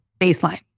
Baseline